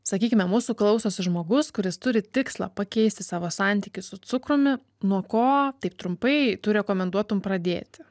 sakykime mūsų klausosi žmogus kuris turi tikslą pakeisti savo santykį su cukrumi nuo ko taip trumpai tu rekomenduotum pradėti